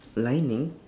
lining